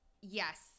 Yes